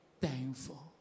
thankful